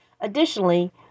Additionally